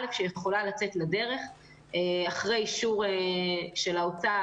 שיכולה לצאת לדרך אחרי אישור של האוצר.